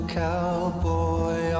cowboy